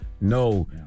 No